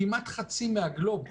כמעט חצי מהגלובוס,